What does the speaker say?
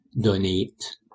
donate